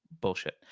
Bullshit